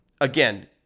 Again